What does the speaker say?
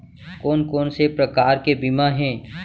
कोन कोन से प्रकार के बीमा हे?